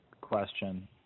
question